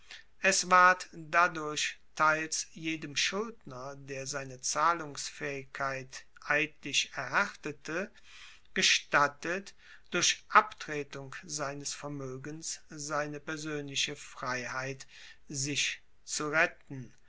es ward dadurch teils jedem schuldner der seine zahlungsfaehigkeit eidlich erhaertete gestattet durch abtretung seines vermoegens seine persoenliche freiheit sich zu retten